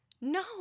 No